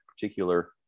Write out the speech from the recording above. particular